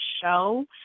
show